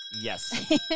Yes